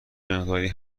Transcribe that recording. مقداری